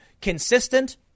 consistent